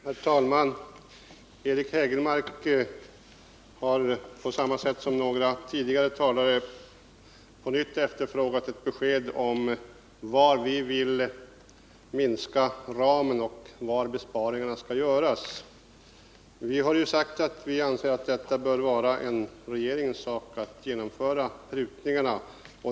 Herr talman! Eric Hägelmark har på samma sätt som några tidigare talare på nytt efterfrågat ett besked om var vi vill minska ramen och var besparingarna skall göras. Vi har sagt att det bör vara regeringens sak att genomföra prutningarna.